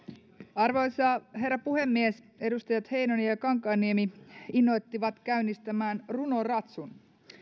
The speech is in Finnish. arvoisa herra puhemies edustajat heinonen ja ja kankaanniemi innoittivat käynnistämään runoratsun